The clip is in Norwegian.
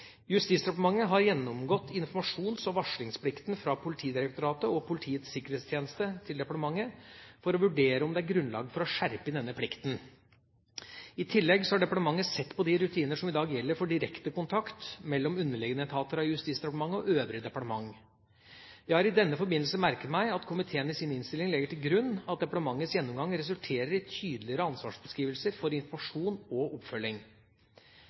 Justisdepartementet har gjennomgått informasjons- og varslingsplikten fra Politidirektoratet og Politiets sikkerhetstjeneste til departementet for å vurdere om det er grunnlag for å skjerpe inn denne plikten. I tillegg har departementet sett på de rutiner som i dag gjelder for direkte kontakt mellom underliggende etater av Justisdepartementet og øvrige departementer. Jeg har i denne forbindelse merket meg at komiteen i sin innstilling legger til grunn at departementets gjennomgang resulterer i tydeligere ansvarsbeskrivelser for informasjon og oppfølging.